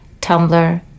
Tumblr